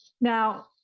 Now